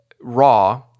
raw